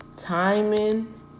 Timing